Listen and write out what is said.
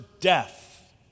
death